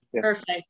perfect